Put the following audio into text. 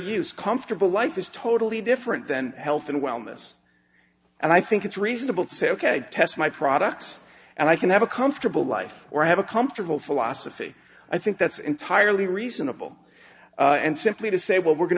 use comfortable life is totally different than health and wellness and i think it's reasonable to say ok test my products and i can have a comfortable life or have a comfortable philosophy i think that's entirely reasonable and simply to say well we're going